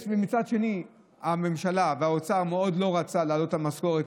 מצד שני הממשלה והאוצר מאוד לא רצו להעלות את המשכורת,